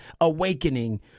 awakening